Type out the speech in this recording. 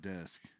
desk